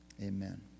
amen